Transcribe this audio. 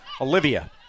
Olivia